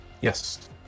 Yes